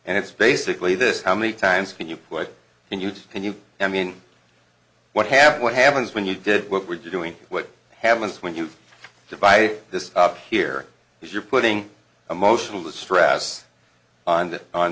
and it's basically this how many times can you put in you and you i mean what happened what happens when you did what we're doing what happens when you divide this up here if you're putting emotional stress on